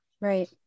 Right